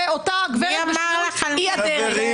אותה גברת בשינוי אי-אדרת.